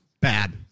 Bad